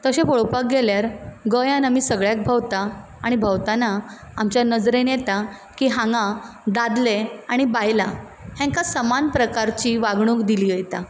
तशें पळोवपाक गेल्यार गोंयांत आमी सगळ्याक भोंवता आनी भोंवताना आमच्या नजरेन येता की हांगा दादले आणी बायलां हांकां समान प्रकारचीं वागणूक दिली वयता